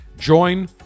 Join